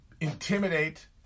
intimidate